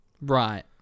Right